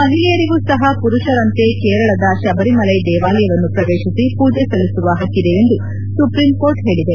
ಮಹಿಳೆಯರಿಗೂ ಸಹ ಮರುಷರಂತೆ ಕೇರಳದ ಶಬರಿಮಲ ದೇವಾಲಯವನ್ನು ಪ್ರವೇಶಿಸಿ ಪೂಜೆ ಸಲ್ಲಿಸುವ ಹಕ್ಕಿದೆ ಎಂದು ಸುಪ್ರೀಂಕೋರ್ಟ್ ಹೇಳದೆ